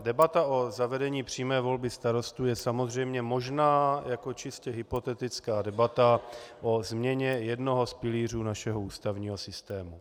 Debata o zavedení přímé volby starostů je samozřejmě možná jako čistě hypotetická debata o změně jednoho z pilířů našeho ústavního systému.